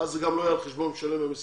אז זה גם לא יהיה על חשבון משלם המסים